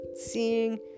seeing